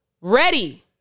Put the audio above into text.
Ready